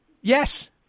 Yes